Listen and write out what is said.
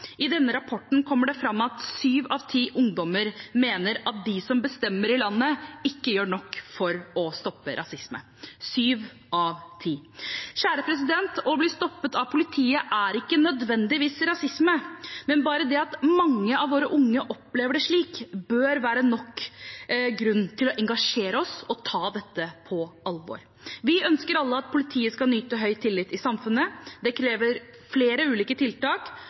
I den rapporten kommer det fram at syv av ti ungdommer mener at de som bestemmer i landet, ikke gjør nok for å stoppe rasisme – syv av ti. Å bli stoppet av politiet er ikke nødvendigvis rasisme, men bare det at mange av våre unge opplever det slik, bør være grunn nok til å engasjere oss og ta dette på alvor. Vi ønsker alle at politiet skal nyte høy tillit i samfunnet. Det krever flere ulike tiltak,